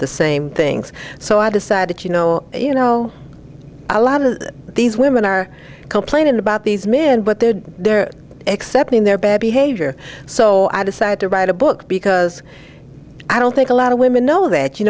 the same things so i decided you know you know a lot of these women are complaining about these men but they're accepting their bad behavior so i decided to write a book because i don't think a lot of women know that you